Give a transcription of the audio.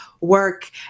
work